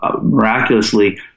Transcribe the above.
miraculously